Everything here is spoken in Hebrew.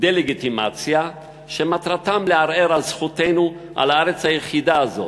דה-לגיטימציה שמטרתם לערער על זכותנו על הארץ היחידה הזאת,